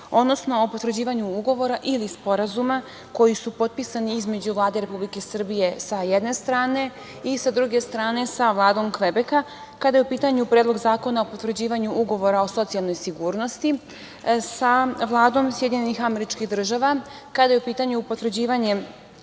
odnosno o potvrđivanju Ugovora ili Sporazuma koji su potpisani između Vlade Republike Srbije sa jedne strane i sa druge strane sa Vladom Kvebeka, kada je u pitanju Predlog zakona o potvrđivanju Ugovora o socijalnoj sigurnosti sa Vladom SAD, kada je u pitanju potvrđivanje